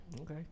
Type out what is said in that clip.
Okay